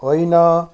होइन